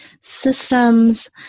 systems